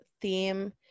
theme